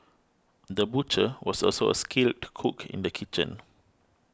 the butcher was also a skilled cook in the kitchen